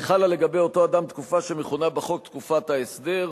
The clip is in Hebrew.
כי חלה לגבי אותו אדם תקופה שמכונה בחוק "תקופת ההסדר".